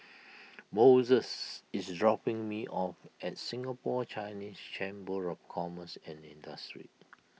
Moses is dropping me off at Singapore Chinese Chamber of Commerce and Industry